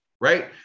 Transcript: Right